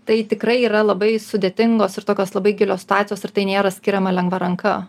tai tikrai yra labai sudėtingos ir tokios labai gilios situacijos ar tai nėra skiriama lengva ranka